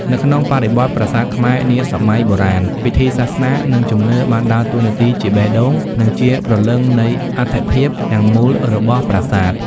នៅក្នុងបរិបទប្រាសាទខ្មែរនាសម័យបុរាណ ពិធីសាសនា និងជំនឿបានដើរតួនាទីជាបេះដូង និងជាព្រលឹងនៃអត្ថិភាពទាំងមូលរបស់ប្រាសាទ។